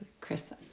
Chris